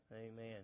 amen